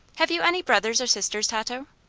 have you any brothers or sisters, tato?